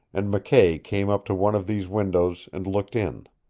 and mckay came up to one of these windows and looked in.